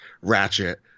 Ratchet